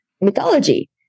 mythology